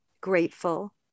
grateful